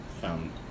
found